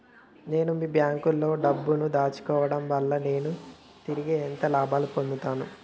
నేను మీ బ్యాంకులో డబ్బు ను దాచుకోవటం వల్ల నేను తిరిగి ఎంత లాభాలు పొందుతాను?